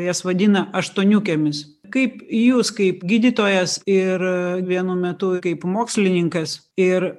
jas vadina aštuoniukėmis kaip jūs kaip gydytojas ir vienu metu kaip mokslininkas ir